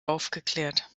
aufgeklärt